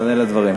תענה על הדברים.